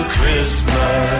Christmas